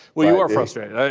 well, you are frustrated. i